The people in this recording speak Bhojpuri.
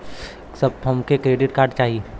हमके क्रेडिट कार्ड चाही